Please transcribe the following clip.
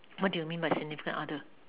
what do you mean by significant other